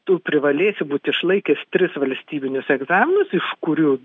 tu privalėsi būt išlaikius tris valstybinius egzaminus iš kurių